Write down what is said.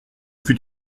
fut